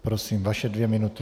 Prosím, vaše dvě minuty.